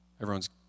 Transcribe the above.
everyone's